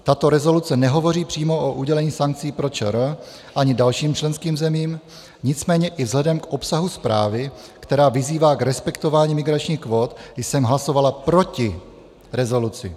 Tato rezoluce nehovoří přímo o udělení sankcí pro ČR ani dalším členským zemím, nicméně i vzhledem k obsahu zprávy, která vyzývá k respektování migračních kvót, jsem hlasovala proti rezoluci.